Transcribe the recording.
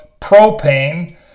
propane